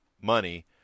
money